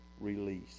release